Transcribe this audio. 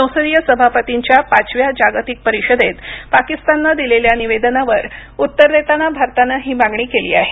संसदीय सभापतींच्या पाचव्या जागतिक परिषदेत पाकिस्ताननं दिलेल्या निवेदनावर उत्तर देताना भारतानं ही मागणी केली आहे